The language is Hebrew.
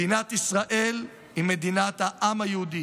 מדינת ישראל היא מדינת העם היהודי,